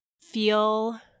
feel